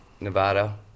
Nevada